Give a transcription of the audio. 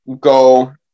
go